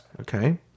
okay